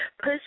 Push